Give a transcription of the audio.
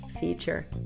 feature